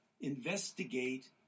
investigate